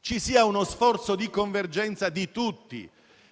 ci sia uno sforzo di convergenza di tutti